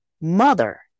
mother